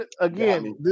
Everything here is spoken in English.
again